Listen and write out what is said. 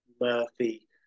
Murphy